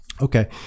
Okay